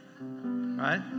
right